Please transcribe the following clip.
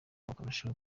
bakarushaho